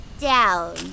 down